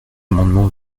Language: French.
amendement